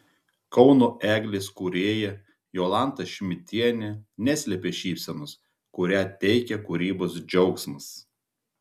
kauno eglės kūrėja jolanta šmidtienė neslėpė šypsenos kurią teikia kūrybos džiaugsmas